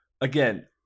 again